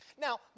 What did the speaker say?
Now